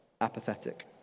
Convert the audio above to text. apathetic